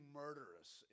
murderous